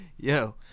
Yo